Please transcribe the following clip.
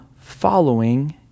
following